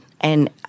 And-